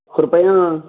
कृपया